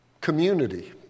Community